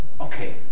Okay